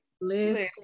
listen